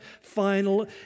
final